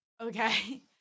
Okay